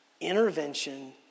intervention